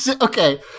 Okay